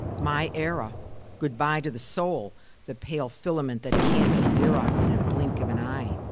my era goodbye to the soul the pale filament that can be xeroxed in a blink of an eye.